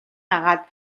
агаад